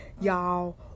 y'all